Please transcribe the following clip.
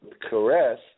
Caress